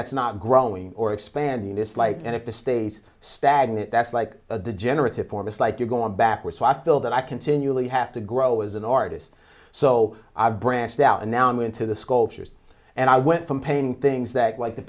that's not growing or expanding this light and if the states stagnant that's like a degenerative form it's like you're going backwards so i feel that i continually have to grow as an artist so i've branched out and now i'm into the sculptures and i went from painting things that like the